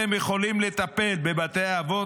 אתם יכולים לטפל בבתי אבות?